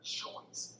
choice